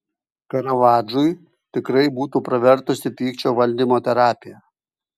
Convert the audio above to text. karavadžui tikrai būtų pravertusi pykčio valdymo terapija